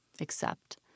accept